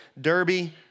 Derby